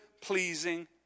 pleasing